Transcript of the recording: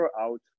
out